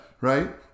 right